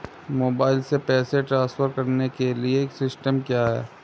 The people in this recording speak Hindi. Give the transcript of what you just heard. मोबाइल से पैसे ट्रांसफर करने के लिए सिस्टम क्या है?